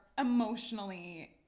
emotionally